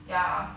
ya